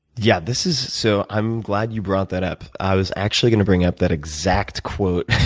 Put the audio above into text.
yeah, this is, so i'm glad you brought that up. i was actually going to bring up that exact quote oh,